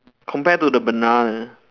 compare to the banana